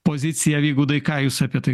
pozicija vygaudai ką jūs apie tai